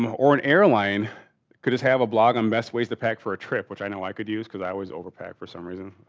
um or an airline could just have a blog on best ways to pack for a trip which i know i could use because i always overpack for some reason,